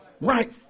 right